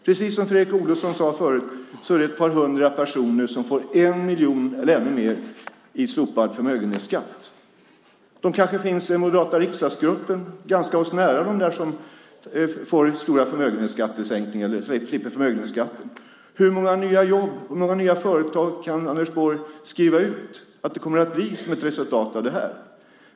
Precis som Fredrik Olovsson sade förut är det ett par hundra personer som får 1 miljon eller ännu mer i slopad förmögenhetsskatt. De som slipper förmögenhetsskatten kanske finns ganska nära oss, i den moderata riksdagsgruppen. Hur många nya jobb och hur många nya företag kan Anders Borg skriva ut att det kommer att bli som ett resultat av detta?